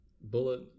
bullet